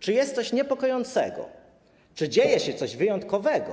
Czy jest coś niepokojącego, czy dzieje się coś wyjątkowego,